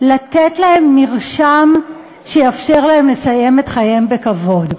לתת להם מרשם שיאפשר להם לסיים את חייהם בכבוד.